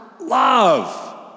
love